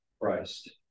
christ